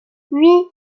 oui